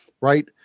right